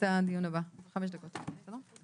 הישיבה ננעלה בשעה 10:32.